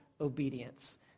obedience